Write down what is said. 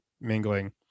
mingling